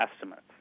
estimates